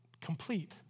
complete